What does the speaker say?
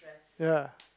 ya